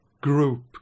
group